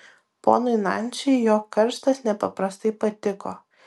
ponui nansiui jo karstas nepaprastai patiko